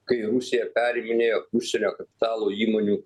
kai rusija periminėjo užsienio kapitalo įmonių